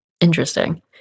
interesting